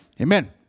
Amen